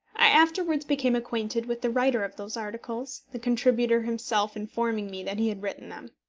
i afterwards became acquainted with the writer of those articles, the contributor himself informing me that he had written them.